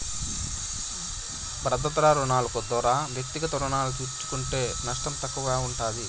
భద్రతా రుణాలు దోరా వ్యక్తిగత రుణాలు తీస్కుంటే నష్టం తక్కువగా ఉంటుంది